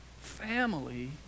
family